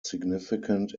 significant